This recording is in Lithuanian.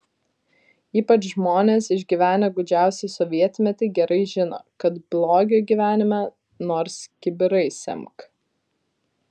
ypač žmonės išgyvenę gūdžiausią sovietmetį gerai žino kad blogio gyvenime nors kibirais semk